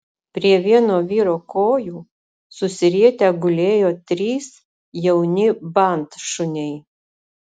prie vieno vyro kojų susirietę gulėjo trys jauni bandšuniai